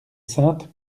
sainte